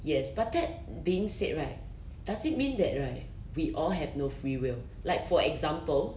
yes but that being said right does it mean that right we all have no free will like for example